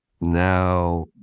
now